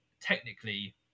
technically